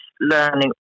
learning